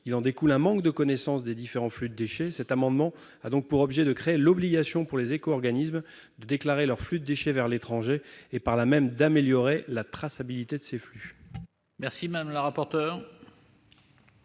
Il en découle un manque de connaissance des différents flux. Cet amendement a donc pour objet de créer l'obligation pour les éco-organismes de déclarer leur flux de déchets vers l'étranger et, par là même, d'améliorer leur traçabilité. Quel est l'avis de la commission